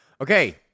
Okay